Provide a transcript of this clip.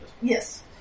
Yes